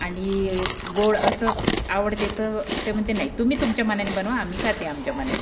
आणि गोड असं आवडते तर ते म्हणते नाही तुम्ही तुमच्या मनाने बनवा आम्ही खाते आमच्या मनाने